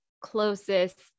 closest